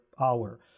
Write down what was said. hour